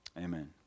amen